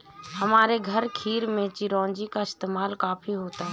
हमारे घर खीर में चिरौंजी का इस्तेमाल काफी होता है